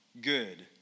good